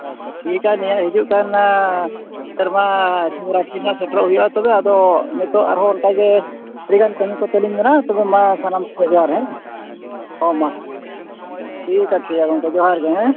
ᱟᱪᱪᱷᱟ ᱟᱪᱪᱷᱟ ᱴᱷᱤᱠᱟ ᱱᱤᱭᱟᱹ ᱦᱤᱡᱩᱜ ᱠᱟᱱ ᱥᱮᱨᱢᱟ ᱥᱤᱵᱚ ᱨᱟᱛᱛᱨᱤ ᱨᱮ ᱱᱟᱦᱟᱜ ᱥᱮᱴᱮᱨᱚᱜ ᱦᱩᱭᱩᱜᱼᱟ ᱛᱚᱵᱮ ᱟᱫᱚ ᱱᱤᱛᱚᱜ ᱟᱨ ᱦᱚᱸ ᱚᱱᱠᱟᱜᱮ ᱟᱹᱰᱤ ᱜᱟᱱ ᱠᱟᱹᱢᱤ ᱠᱚ ᱛᱟᱹᱞᱤᱧ ᱢᱮᱱᱟᱜᱼᱟ ᱛᱚᱵᱮ ᱢᱟ ᱥᱟᱱᱟᱢ ᱠᱚᱜᱮ ᱡᱚᱦᱟᱨ ᱦᱮᱸ ᱦᱳᱭ ᱢᱟ ᱴᱷᱤᱠ ᱟᱪᱪᱷᱮ ᱜᱚᱢᱠᱮ ᱡᱚᱦᱟᱨ ᱜᱮ ᱦᱮᱸ